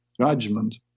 judgment